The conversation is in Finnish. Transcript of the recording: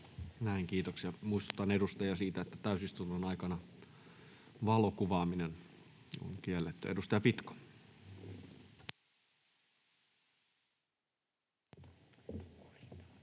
Näin, kiitoksia. — Muistutan edustajia siitä, että täysistunnon aikana valokuvaaminen on kiellettyä. — Edustaja Pitko.